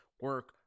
Work